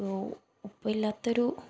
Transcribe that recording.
ഉപ്പയില്ലാത്തൊരു